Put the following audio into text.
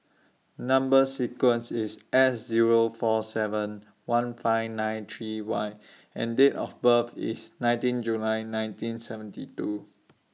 Number sequence IS S Zero four seven one five nine three Y and Date of birth IS nineteen July nineteen seventy two